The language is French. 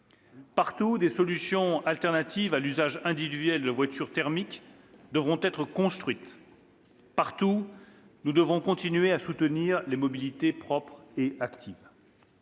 Partout, d'autres solutions que l'usage individuel de la voiture thermique devront être construites. Partout, nous devrons continuer à soutenir les mobilités propres et actives.